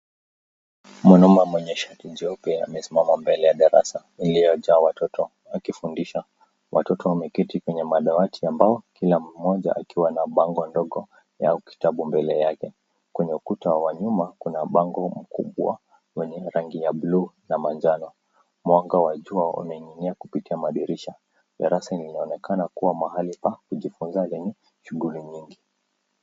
Mwanaume mwenye shati jeupe amesimama mbele ya darasa iliyojaa watoto, akifundisha. Watoto wameketi kwenye madawati ambao kila mmoja akiwa na bango ndogo na kitabu mbele yake. Kwenye ukuta wa nyuma kuna bango mkubwa wenye rangi ya bluu na manjano. Mwanga wa jua umeingia kupitia madirisha. Darasa linaonekana kuwa mahali pa kujifunza, lenye shughuli mingi.